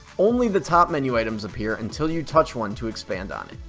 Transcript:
only the top menu items appear until you touch one to expand on it.